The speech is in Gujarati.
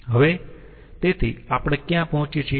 હવે તેથી આપણે ક્યાં પહોંચીયે છીએ